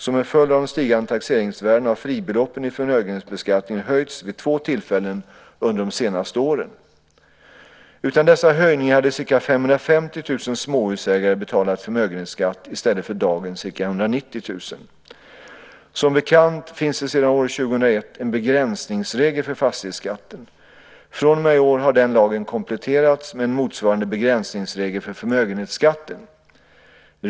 Som en följd av de stigande taxeringsvärdena har fribeloppen i förmögenhetsbeskattningen höjts vid två tillfällen under de senaste åren. Utan dessa höjningar hade ca 550 000 småhusägare betalat förmögenhetsskatt i stället för dagens ca 190 000. Som bekant finns det sedan år 2001 en begränsningsregel för fastighetsskatten. Från och med i år har den lagen kompletterats med en motsvarande begränsningsregel för förmögenhetsskatten.